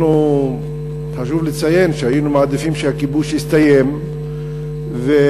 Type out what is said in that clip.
חשוב לציין שהיינו מעדיפים שהכיבוש יסתיים והפלסטינים,